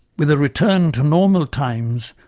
with a return to normal times,